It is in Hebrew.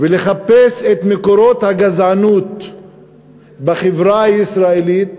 ולחפש את מקורות הגזענות בחברה הישראלית